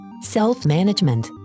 Self-management